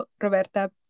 Roberta